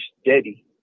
steady